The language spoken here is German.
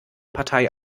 partei